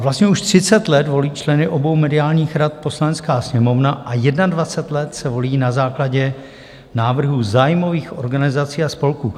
Vlastně už třicet let volí členy obou mediálních rad Poslanecká sněmovna a jednadvacet let se volí na základě návrhů zájmových organizací a spolků.